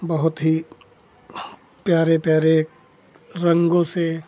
बहुत ही प्यारे प्यारे रंगों से